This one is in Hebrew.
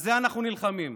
על זה אנחנו נלחמים.